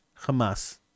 Hamas